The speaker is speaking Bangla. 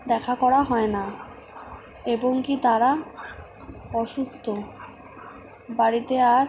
দেখা করা হয় না এবং কি তারা অসুস্থ বাড়িতে আর